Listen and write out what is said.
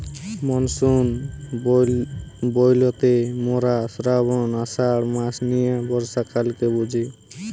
monsoon বইলতে মোরা শ্রাবন, আষাঢ় মাস নিয়ে বর্ষাকালকে বুঝি